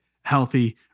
healthy